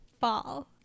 Fall